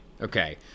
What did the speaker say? okay